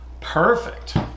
perfect